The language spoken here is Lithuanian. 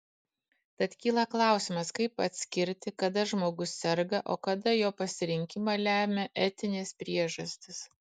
tad kyla klausimas kaip atskirti kada žmogus serga o kada jo pasirinkimą lemia etinės priežastys